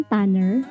Tanner